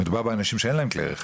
מדובר באנשים שאין להם כלי רכב,